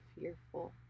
fearful